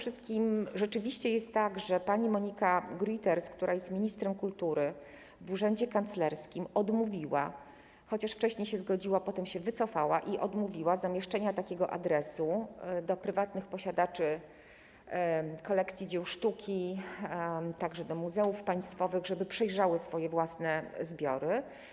I tutaj rzeczywiście jest tak, że pani Monika Grütters, która jest ministrem kultury w Urzędzie Kanclerskim, odmówiła, chociaż wcześniej się zgodziła, potem się wycofała, zamieszczenia takiego adresu do prywatnych posiadaczy kolekcji dzieł sztuki, także do muzeów państwowych, żeby przejrzały swoje własne zbiory.